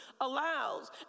allows